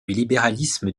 libéralisme